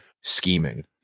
scheming